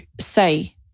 say